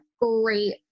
Great